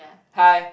hi